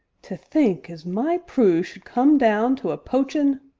to think as my prue should come down to a poachin'